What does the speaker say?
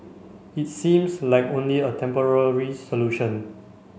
it seems like only a temporary solution